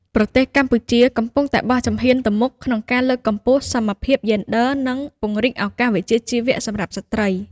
ប្រទេសកម្ពុជាកំពុងតែបោះជំហានទៅមុខក្នុងការលើកកម្ពស់ សមភាពយេនឌ័រ និង ពង្រីកឱកាសវិជ្ជាជីវៈ សម្រាប់ស្ត្រី។